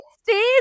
Steve